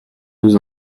nous